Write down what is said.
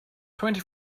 twenty